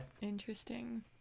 interesting